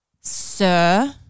sir